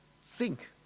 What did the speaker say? sink